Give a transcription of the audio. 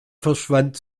verschwand